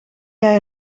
jij